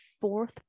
fourth